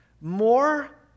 More